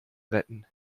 retten